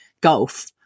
golf